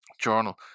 journal